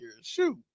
Shoot